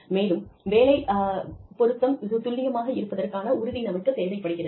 மேலும் வேலை பொருத்தம் துல்லியமாக இருப்பதற்கான உறுதி நமக்குத் தேவைப்படுகிறது